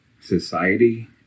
society